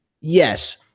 yes